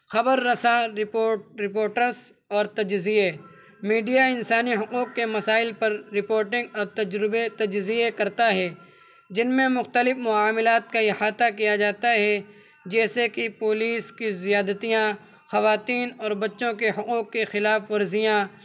خبر رساں report reporters اور تجزیے میڈیا انسانی حقوق کے مسائل پر رپورٹنگ اور تجربے تجزیے کرتا ہے جن میں مختلف معاملات کا احاطہ کیا جاتا ہے جیسے کہ پولیس کی زیادتیاں خواتین اور بچوں کے حقوق کے خلاف ورزیاں